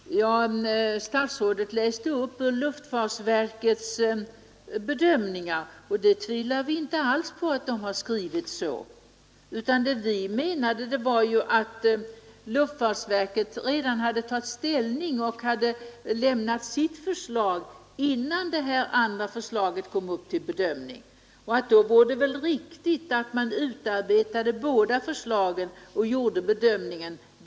Herr talman! Statsrådet läste upp ur luftfartsverkets bedömningar. Vi tvivlar inte alls på att man har skrivit så. Vad vi menade var att luftfartsverket redan hade tagit ställning och lämnat sitt förslag innan detta andra förslag kom upp till bedömning. Då vore det väl riktigt att man utarbetade båda förslagen och därefter gjorde bedömningen.